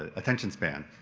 attention span,